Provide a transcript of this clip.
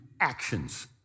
actions